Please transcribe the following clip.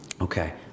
okay